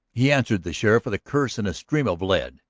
he answered the sheriff with a curse and a stream of lead.